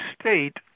State